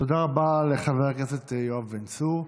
תודה רבה לחבר הכנסת יואב בן צור.